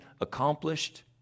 accomplished